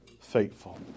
Faithful